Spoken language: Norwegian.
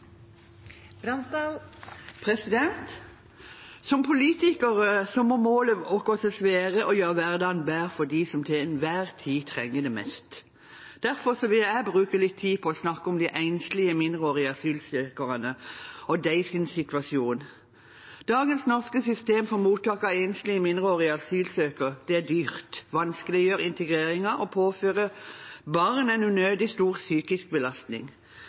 enhver tid trenger det mest. Derfor vil jeg bruke litt tid på å snakke om de enslige mindreårige asylsøkerne og deres situasjon. Dagens norske system for mottak av enslige mindreårige asylsøkere er dyrt, vanskeliggjør integreringen og påfører barn en unødig stor psykisk belastning.